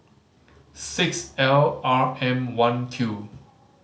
six L R M One Q